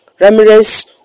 Ramirez